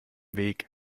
weg